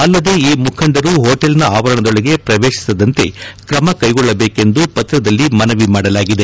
ಅಲ್ಲದೆ ಈ ಮುಖಂಡರು ಹೋಟೆಲ್ನ ಆವರಣದೊಳಗೆ ಪ್ರವೇಶಿಸದಂತೆ ಕ್ರಮ ಕೈಗೊಳ್ಳಬೇಕೆಂದು ಪತ್ರದಲ್ಲಿ ಮನವಿ ಮಾಡಲಾಗಿದೆ